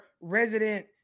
resident